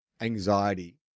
anxiety